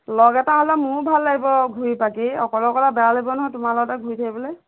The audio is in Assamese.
লগ এটা হ'লে মোৰো ভাল লাগিব ঘূৰি বাকী অকল অকলে বেয়া লাগিব নহয় তোমাৰ লগতে ঘূৰি থাকিবলৈ